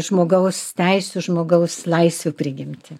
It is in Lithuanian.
žmogaus teisių žmogaus laisvių prigimtį